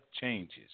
changes